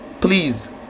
please